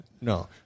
no